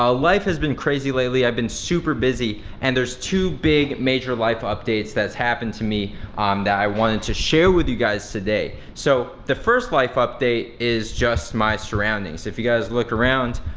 life has been crazy lately, i've been super busy, and there's two big major life updates that's happened to me um that i wanted to share with you guys today. so the first life update is just my surroundings. if you guys look around,